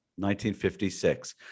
1956